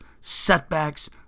setbacks